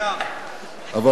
אבל